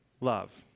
love